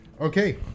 okay